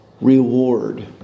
Reward